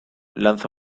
lanza